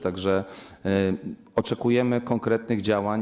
Tak że oczekujemy konkretnych działań.